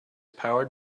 powered